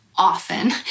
often